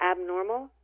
abnormal